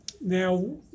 Now